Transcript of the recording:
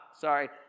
sorry